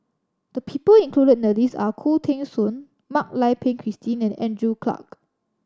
the people included in the list are Khoo Teng Soon Mak Lai Peng Christine and Andrew Clarke